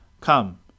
Come